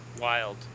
Wild